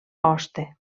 hoste